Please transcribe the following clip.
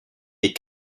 des